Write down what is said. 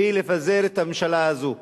והיא לפזר את הממשלה הזאת.